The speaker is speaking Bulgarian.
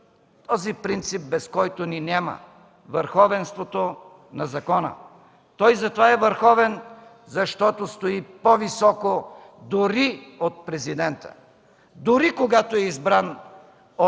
този принцип, без който ни няма – върховенството на закона. Той затова е върховен, защото стои по-високо дори от Президента, дори когато е избран от